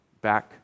back